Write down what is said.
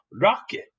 rocket